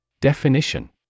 Definition